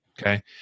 okay